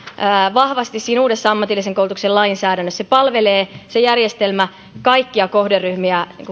vahvasti siinä uudessa ammatillisen koulutuksen lainsäädännössä se järjestelmä palvelee kaikkia kohderyhmiä